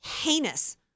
heinous